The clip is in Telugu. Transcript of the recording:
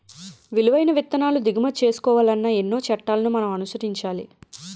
విలువైన విత్తనాలు దిగుమతి చేసుకోవాలన్నా ఎన్నో చట్టాలను మనం అనుసరించాలి